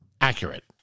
accurate